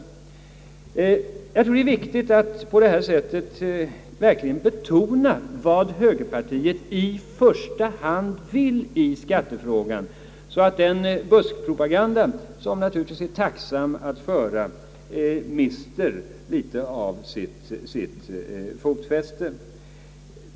Jag tror att det är viktigt att på det här sättet betona vad högerpartiet i första hand vill i skattefrågan, så att den buskpropaganda, som det naturligtvis är tacksamt att föra, mister sitt fotfäste.